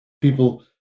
people